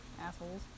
assholes